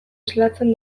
islatzen